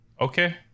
Okay